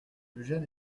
eugène